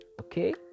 okay